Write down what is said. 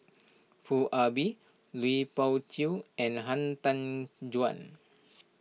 Foo Ah Bee Lui Pao Chuen and Han Tan Juan